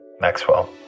Maxwell